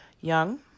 young